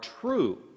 true